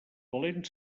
valent